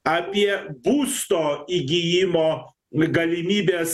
apie būsto įgijimo galimybes